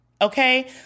Okay